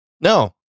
No